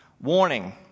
Warning